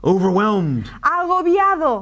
overwhelmed